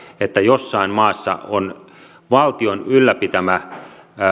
että jossain maassa on luonnossa valtion ylläpitämä